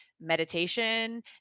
meditation